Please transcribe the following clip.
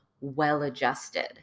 well-adjusted